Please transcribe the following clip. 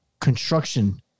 construction